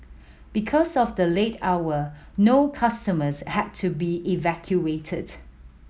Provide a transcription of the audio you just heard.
because of the late hour no customers had to be evacuated